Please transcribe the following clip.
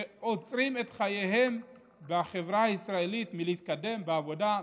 שעוצרים את חייהם בחברה הישראלית מלהתקדם בעבודה,